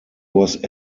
was